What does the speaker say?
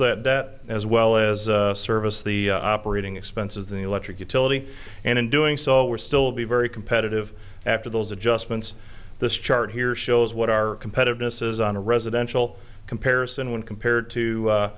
that debt as well as service the operating expenses the electric utility and in doing so we're still be very competitive after those adjustments this chart here shows what our competitiveness is on a residential comparison when compared